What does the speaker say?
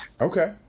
Okay